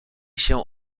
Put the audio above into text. się